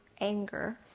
anger